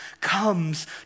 comes